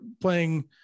playing